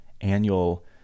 annual